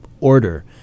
order